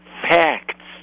facts